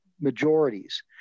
majorities